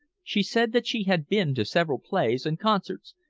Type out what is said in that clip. she said that she had been to several plays and concerts,